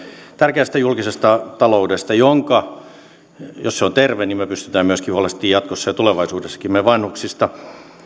tärkeästä julkisesta taloudesta jos se on terve me pystymme huolehtimaan myöskin jatkossa ja tulevaisuudessakin meidän vanhuksista